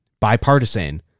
bipartisan